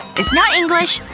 it's not english.